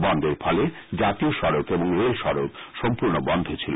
বনধের ফলে জাতীয় সড়ক এবং রেল সড়ক সম্পূর্ণ বন্ধ ছিল